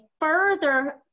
further